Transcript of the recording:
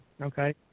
Okay